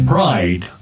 Pride